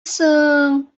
соң